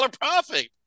profit